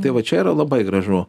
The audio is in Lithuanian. tai va čia yra labai gražu